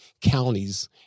counties